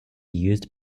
used